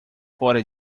fora